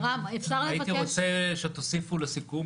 רק הייתי רוצה שתוסיפו לסיכום,